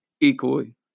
equally